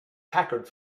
packard